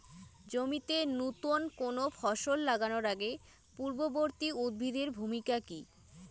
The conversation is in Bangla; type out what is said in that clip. জমিতে নুতন কোনো ফসল লাগানোর আগে পূর্ববর্তী উদ্ভিদ এর ভূমিকা কি?